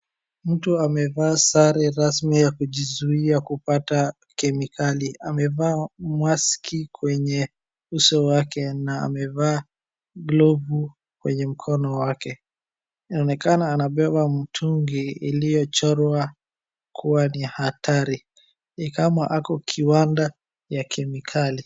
Mtu amevaa sare rasmi ya kujizuia kupata kemikali. Amevaa maski kwenye uso wake na amevaa glovu kwenye mkono wake. Inaonekaa anabeba mtungi iliochorwa kuwa ni hatari. Ni kama ako kwenye kiwanda cha kemikali.